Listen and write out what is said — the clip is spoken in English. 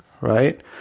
Right